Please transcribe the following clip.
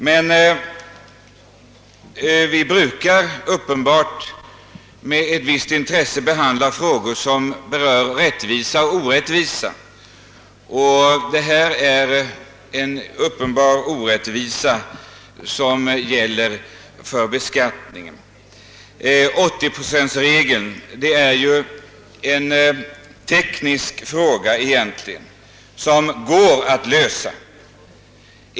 Men vi brukar med ett visst intresse behandla frågor som rör rättvisa och orättvisa. Här gäller det en uppenbar orättvisa vid beskattningen. 80-procentregeln innebär egentligen en teknisk fråga som går att lösa.